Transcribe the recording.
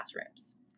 classrooms